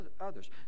others